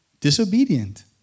disobedient